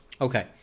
Okay